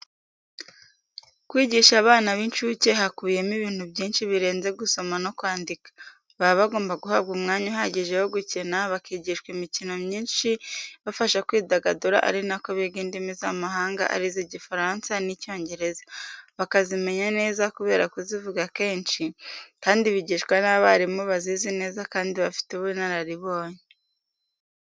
Kwigisha abana by' inshuke hakubiyemo ibintu byinshi birenze gusoma no kwandika, baba bagomba guhabwa umwanya uhagije wo gukina, bakigishwa imikino myinshi ibafasha kwidagadura ari na ko biga indimi z' amahanga arizo igifaransa n' icyongereza, bakazimenya neza kubera kuzivuga kenshi, kandi bigishwa n'abarimu bazizi neza kandi bafite ubunararibonye.